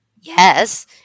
Yes